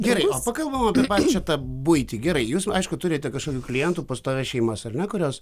gerai pakalbam apie pačią tą buitį gerai jūs aišku turite kažkokių klientų pastovias šeimas ar ne kurios